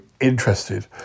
interested